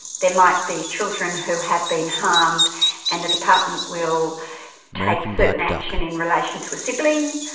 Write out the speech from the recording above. there might be children who have been harmed and the department will take certain action in relation to a sibling,